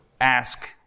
ask